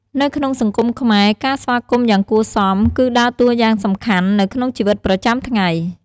នៅក្នុងសង្គមខ្មែរ ការស្វាគមន៍យ៉ាងគួរសម គឺដើរតួយ៉ាងសំខាន់នៅក្នុងជីវិតប្រចាំថ្ងៃ។